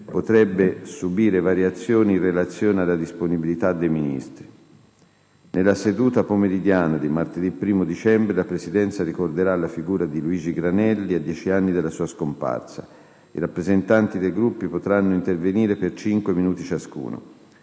potrebbe subire variazioni in relazione alla disponibilità dei Ministri. Nella seduta pomeridiana di martedì 1° dicembre la Presidenza ricorderà la figura di Luigi Granelli a dieci anni dalla sua scomparsa. I rappresentanti dei Gruppi potranno intervenire per 5 minuti ciascuno.